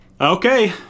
Okay